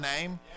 name